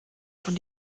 schon